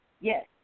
yes